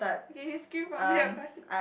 okay you scream from there